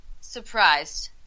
surprised